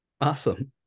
awesome